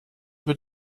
über